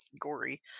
gory